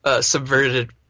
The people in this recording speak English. subverted